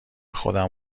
خودم